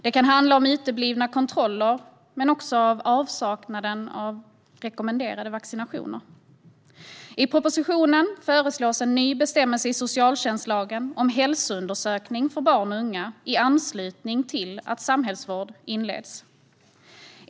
Det kan handla om uteblivna kontroller men också om avsaknaden av rekommenderade vaccinationer. I propositionen föreslås en ny bestämmelse i socialtjänstlagen om hälsoundersökning för barn och unga i anslutning till att samhällsvård inleds.